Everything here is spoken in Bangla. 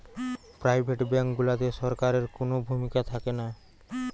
প্রাইভেট ব্যাঙ্ক গুলাতে সরকারের কুনো ভূমিকা থাকেনা